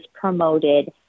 promoted